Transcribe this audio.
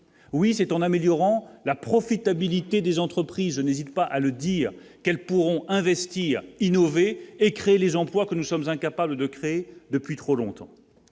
oui c'est en améliorant la profitabilité des entreprises n'hésitent pas à le dire qu'elles pourront investir, innover et créer les emplois que nous sommes incapables de créer depuis trop longtemps